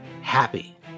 happy